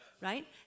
right